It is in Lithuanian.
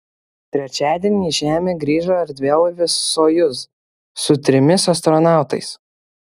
trečiadienį į žemę grįžo erdvėlaivis sojuz su trimis astronautais